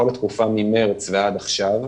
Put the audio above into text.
בכל התקופה ממרס ועד עכשיו,